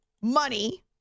money